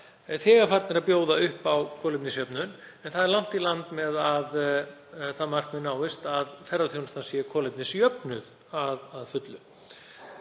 þegar farnir að bjóða upp á kolefnisjöfnun en það er langt í land með að það markmið náist að ferðaþjónustan sé kolefnisjöfnuð að fullu.